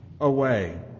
away